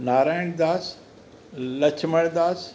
Narayan Das Laxman Das